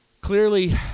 clearly